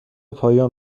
پایان